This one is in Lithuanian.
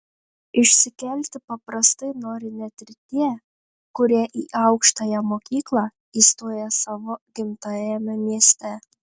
išsikelti paprastai nori net ir tie kurie į aukštąją mokyklą įstoja savo gimtajame mieste